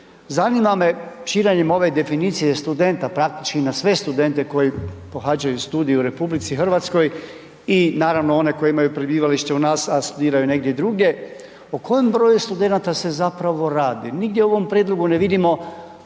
razumije/…ove definicije studenta, praktički na sve studente koji pohađaju studij u RH i naravno one koji imaju prebivalište u nas, a studiraju negdje drugdje, o kojem broju studenata se zapravo radi, nigdje u ovom prijedlogu ne vidimo